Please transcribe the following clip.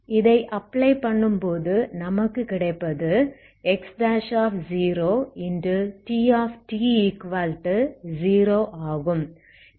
இதை அப்ளை பண்ணும்போது நமக்கு கிடைப்பது X0Tt0ஆகும்